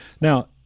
Now